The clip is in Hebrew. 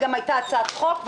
וגם היתה הצעת חוק,